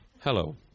Hello